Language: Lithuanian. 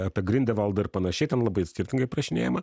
apie grindevaldą ir panašiai ten labai skirtingai aprašinėjama